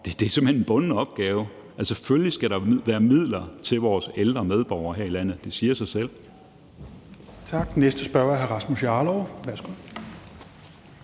Det er simpelt hen en bunden opgave. Altså, selvfølgelig skal der være midler til vores ældre medborgere her i landet. Det siger sig selv.